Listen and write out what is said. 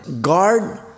guard